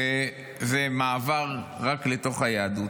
שזה מעבר רק לתוך היהדות.